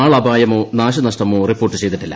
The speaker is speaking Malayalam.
ആളപായമോ നാശനഷ്ടമോ റിപ്പോർട്ട് ചെയ്തിട്ടില്ല